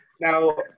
Now